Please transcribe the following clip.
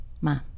Ma